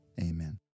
Amen